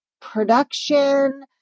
production